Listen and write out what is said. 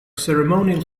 ceremonial